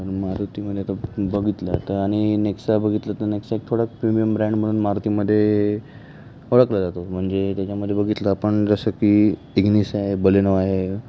मारुतीमध्ये आता बघितलं तर आणि नेक्सा बघितलं तर नेक्सा एक थोडा प्रीमियम ब्रँड म्हणून मारुतीमध्ये ओळखला जातो म्हणजे त्याच्यामध्ये बघितलं आपण जसं की इग्निस आहे बलेनो आहे